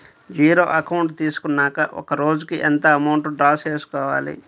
Zero account తీసుకున్నాక ఒక రోజుకి ఎంత అమౌంట్ డ్రా చేసుకోవాలి?